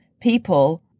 people